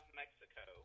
mexico